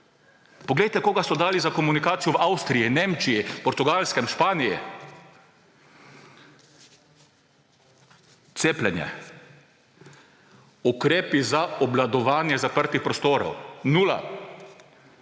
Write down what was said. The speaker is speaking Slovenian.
Poglejte, koga so dali za komunikacijo v Avstriji, Nemčiji, na Portugalskem, v Španiji. Cepljenje, ukrepi za obvladovanje zaprtih prostorov, nula.